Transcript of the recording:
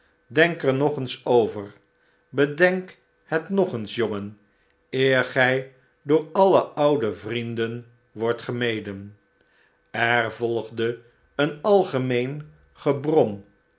denk er nog eens over bedenk het nog eens jongen eer gij door alle oude vrienden wordt gemeden er volgde een algemeen gebrom